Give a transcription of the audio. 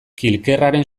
kilkerraren